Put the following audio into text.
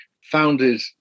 founded